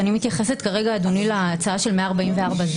ואני מתייחסת כרגע אדוני להצעה של 144ז,